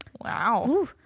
Wow